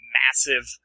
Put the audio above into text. massive